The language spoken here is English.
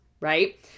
right